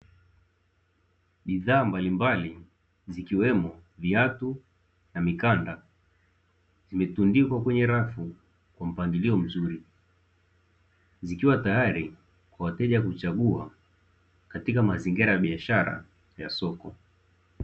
Bidhaa mbalimbali zikiwemo viatu na mikanda zimetundikwa kwenye rafu kwa mpangilio mzuri, zikiwa tayari kwa wateja kuchagua katika mazingira ya biashara ya soko.